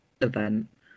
event